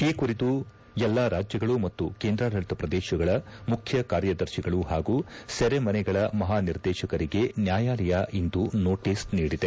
ಈ ಕುರಿತು ಎಲ್ಲಾ ರಾಜ್ಯಗಳು ಮತ್ತು ಕೇಂದ್ರಾಡಳಿತ ಪ್ರದೇಶಗಳ ಮುಖ್ಯ ಕಾರ್ಯದರ್ಶಿಗಳು ಹಾಗೂ ಸೆರೆಮನೆಗಳ ಮಹಾನಿರ್ದೇಶಕರಿಗೆ ನ್ಯಾಯಾಲಯ ಇಂದು ನೋಟೀಸ್ ನೀಡಿದೆ